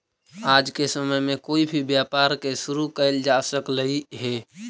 आज के समय में कोई भी व्यापार के शुरू कयल जा सकलई हे